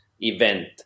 event